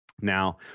Now